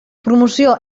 promoció